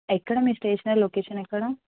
ఎక్కడ మీ stationery location ఎక్కడ